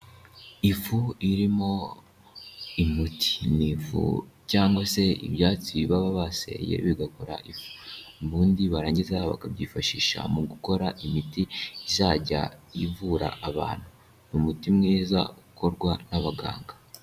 Ifu irimo umuti cyangwa se ibyatsi baba baseye bigakora ifu ubundi barangiza bakabyifashisha mu gukora imiti izajya ivura abantu ni umuti mwiza ukorwa n'abaganga.